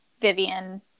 Vivian